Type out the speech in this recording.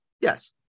Yes